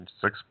six